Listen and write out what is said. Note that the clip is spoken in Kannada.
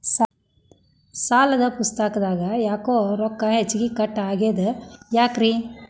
ಸಾಲದ ಪುಸ್ತಕದಾಗ ಯಾಕೊ ರೊಕ್ಕ ಹೆಚ್ಚಿಗಿ ಕಟ್ ಆಗೆದ ಯಾಕ್ರಿ?